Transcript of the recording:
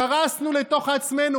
קרסנו לתוך עצמנו.